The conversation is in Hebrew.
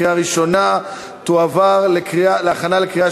עברה בקריאה ראשונה ותועבר להכנה לקריאה